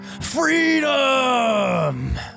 Freedom